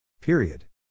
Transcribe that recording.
Period